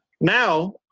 Now